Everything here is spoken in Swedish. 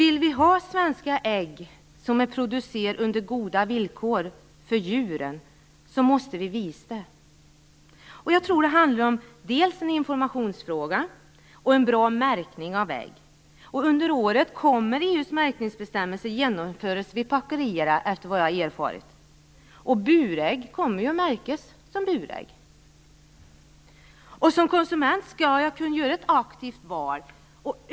Vill vi ha svenska ägg som är producerade under goda villkor för djuren, måste vi också visa det. Jag tror att det handlar om information och en bra märkning av ägg. Jag har erfarit att under året kommer EU:s märkningsbestämmelser att genomföras vid olika packanläggningar. Burägg kommer att märkas som burägg. Som konsument skall jag kunna göra ett aktivt val.